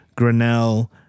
Grinnell